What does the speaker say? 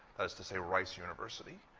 that is to say rice university.